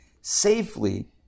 safely